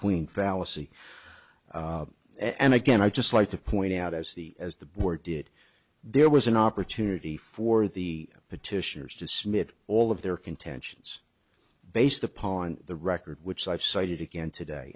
queen fallacy and again i'd just like to point out as the as the board did there was an opportunity for the petitioners to snip all of their contentions based upon the record which i've cited again today